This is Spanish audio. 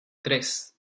tres